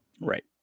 Right